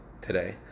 today